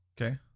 Okay